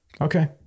Okay